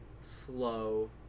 slow